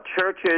churches